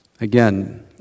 Again